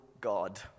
God